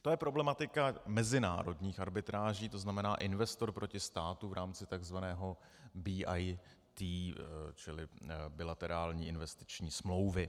To je problematika mezinárodních arbitráží, tzn. investor proti státu v rámci tzv. BIT, čili bilaterální investiční smlouvy.